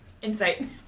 Insight